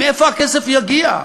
מאיפה הכסף יגיע?